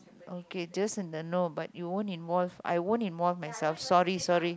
okay just in the know but you won't involve I won't involve myself sorry sorry